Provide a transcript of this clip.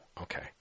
Okay